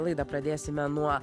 laidą pradėsime nuo